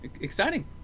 exciting